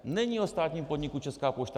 Není o státním podniku Česká pošta.